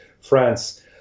france